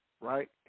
right